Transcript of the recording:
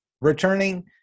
returning